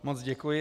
Moc děkuji.